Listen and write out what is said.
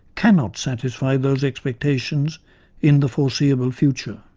cannot satisfy those expectations in the foreseeable future.